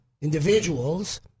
individuals